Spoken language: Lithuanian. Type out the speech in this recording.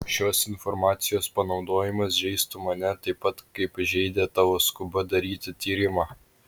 šios informacijos panaudojimas žeistų mane taip pat kaip žeidė tavo skuba daryti tyrimą